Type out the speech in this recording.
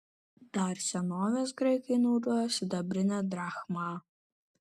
dar senovės graikai naudojo sidabrinę drachmą